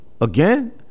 again